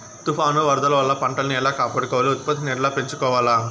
తుఫాను, వరదల వల్ల పంటలని ఎలా కాపాడుకోవాలి, ఉత్పత్తిని ఎట్లా పెంచుకోవాల?